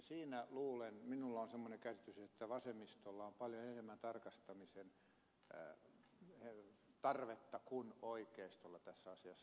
siinä luulen minulla on semmoinen käsitys että vasemmistolla on paljon enemmän tarkastamisen tarvetta kuin oikeistolla tässä asiassa